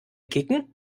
kicken